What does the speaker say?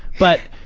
but,